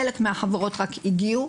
חלק מהחברות רק הגיעו.